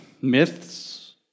myths